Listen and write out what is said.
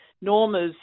Norma's